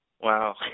Wow